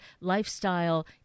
lifestyle